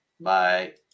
Bye